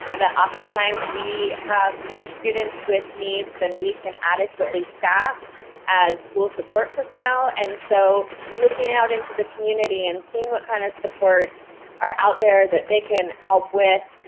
that often times we have more students with needs than we can adequately staff as school support personnel, and so looking out into the community and seeing what kind of supports are out there that they can help with,